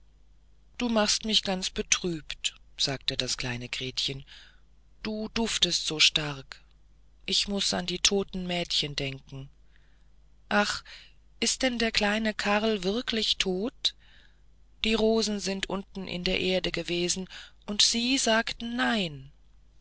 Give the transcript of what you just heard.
du machst mich ganz betrübt sagte das kleine gretchen du duftest so stark ich muß an die toten mädchen denken ach ist denn der kleine karl wirklich tot die rosen sind unten in der erde gewesen und sie sagten nein